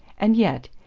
and yet,